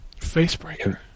Facebreaker